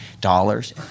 dollars